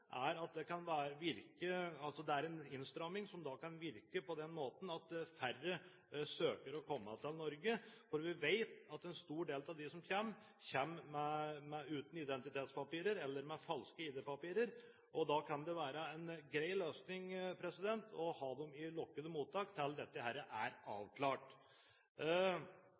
er at det er en innstramming som kan virke på den måten at færre søker å komme til Norge, for vi vet at en stor del av de som kommer, kommer uten identitetspapirer, eller med falske ID-papirer, og da kan det være en grei løsning å ha dem i lukkede mottak til dette er avklart.